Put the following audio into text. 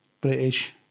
British